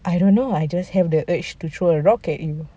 I don't know I just have the urge to throw a rock at you